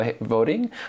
voting